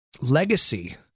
legacy